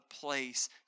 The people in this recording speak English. place